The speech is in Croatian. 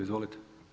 Izvolite.